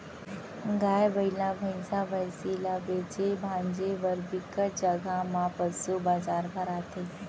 गाय, बइला, भइसा, भइसी ल बेचे भांजे बर बिकट जघा म पसू बजार भराथे